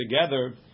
together